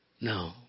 No